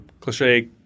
cliche